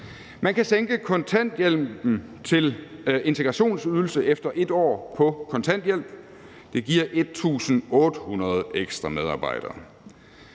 Man kan sænke kontanthjælpen til integrationsydelse efter 1 år på kontanthjælp, og det giver 1.800 ekstra medarbejdere.